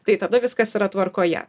tai tada viskas yra tvarkoje